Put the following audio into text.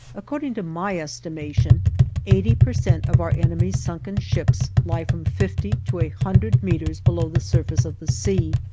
according to my estimation eighty per cent of our enemy's sunken ships lie from fifty to a hundred meters below the surface of the sea,